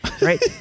right